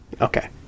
Okay